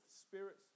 spirits